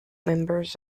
members